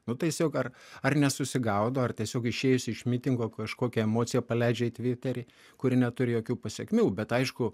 nu tiesiog ar ar nesusigaudo ar tiesiog išėjus iš mitingo kažkokią emociją paleidžia į tviterį kuri neturi jokių pasekmių bet aišku